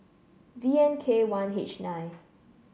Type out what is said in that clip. V N K one H nine